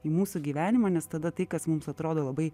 į mūsų gyvenimą nes tada tai kas mums atrodo labai